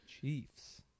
Chiefs